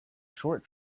short